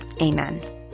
Amen